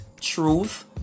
truth